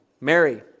Mary